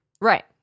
Right